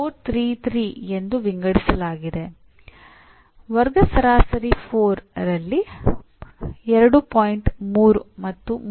ಪರಿಣಾಮದ ವಾಕ್ಯಗಳನ್ನು ಎಷ್ಟು ಸ್ಪಷ್ಟವಾಗಿ ಬರೆಯಬೇಕು ಎಂಬುದರ ಕುರಿತು ಇದು ಕೆಲವು ಮಾರ್ಗದರ್ಶನ ನೀಡುತ್ತದೆ